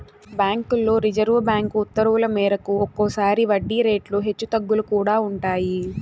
బ్యాంకుల్లో reserve bank ఉత్తర్వుల మేరకు ఒక్కోసారి వడ్డీ రేట్లు హెచ్చు తగ్గులు కూడా అవుతాయి